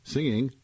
Singing